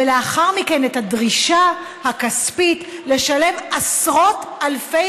ולאחר מכן את הדרישה הכספית לשלם עשרות אלפי